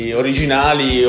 originali